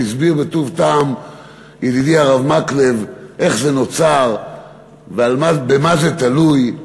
שהסביר בטוב טעם ידידי הרב מקלב איך הוא נוצר ובמה זה תלוי.